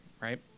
right